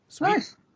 Nice